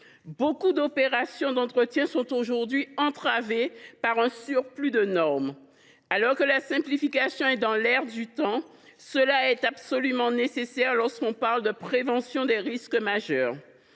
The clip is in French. nombreuses opérations d’entretien sont aujourd’hui entravées par un surplus de normes. Alors que la simplification est dans l’air du temps, elle est absolument nécessaire lorsque l’on parle de prévention des risques majeurs.